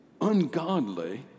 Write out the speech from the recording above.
ungodly